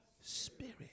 spirit